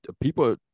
people